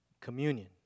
communion